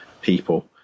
people